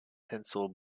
tensile